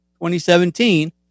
2017